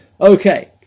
okay